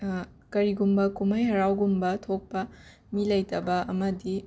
ꯀꯔꯤꯒꯨꯝꯕ ꯀꯨꯝꯍꯩ ꯍꯔꯥꯎꯒꯨꯝꯕ ꯊꯣꯛꯄ ꯃꯤ ꯂꯩꯇꯕ ꯑꯝꯗꯤ